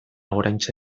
oraintxe